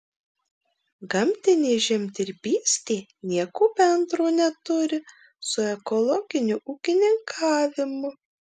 gamtinė žemdirbystė nieko bendro neturi su ekologiniu ūkininkavimu